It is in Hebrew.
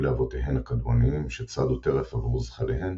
לאבותיהן הקדמוניים שצדו טרף עבור זחליהם,